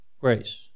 grace